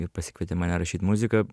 ir pasikvietė mane rašyt muziką